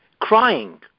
crying